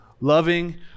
loving